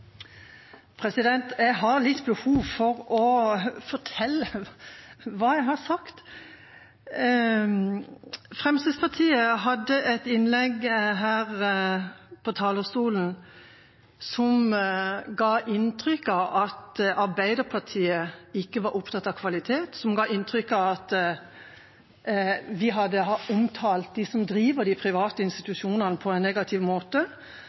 Jeg har behov for å fortelle hva jeg har sagt. Fremskrittspartiet hadde et innlegg fra talerstolen som ga inntrykk av at Arbeiderpartiet ikke var opptatt av kvalitet, som ga inntrykk av at vi hadde omtalt dem som driver de private institusjonene, på en negativ måte.